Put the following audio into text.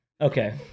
Okay